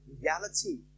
reality